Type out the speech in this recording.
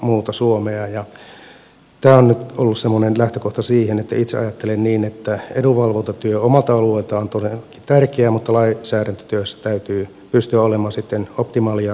tämä on nyt ollut semmoinen lähtökohta siihen että itse ajattelen niin että edunvalvontatyö omalta alueelta on todella tärkeää mutta lainsäädäntötyössä täytyy pystyä olemaan sitten optimaali ja täysin neutraali